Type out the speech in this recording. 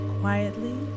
quietly